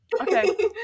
Okay